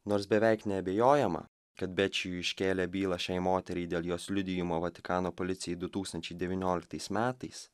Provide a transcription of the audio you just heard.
nors beveik neabejojama kad bečiju iškėlė bylą šiai moteriai dėl jos liudijimo vatikano policijai du tūkstančiai devynioliktais metais